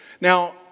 Now